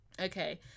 Okay